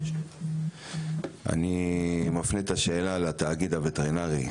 אני מפנה את השאלה לתאגיד הווטרינרי,